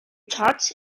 church